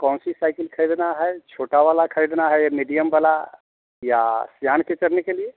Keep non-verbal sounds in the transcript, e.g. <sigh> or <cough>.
कौन सी साइकिल ख़रीदना है छोटा वाला ख़रीदना है या मीडियम वाला या यानी कि <unintelligible> के लिए